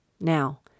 Now